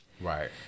right